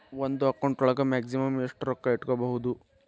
ಒಂದು ಅಕೌಂಟ್ ಒಳಗ ಮ್ಯಾಕ್ಸಿಮಮ್ ಎಷ್ಟು ರೊಕ್ಕ ಇಟ್ಕೋಬಹುದು?